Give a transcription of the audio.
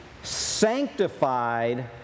Sanctified